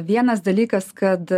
vienas dalykas kad